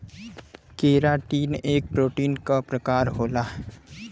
keratin एक protein क प्रकार होला